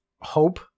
hope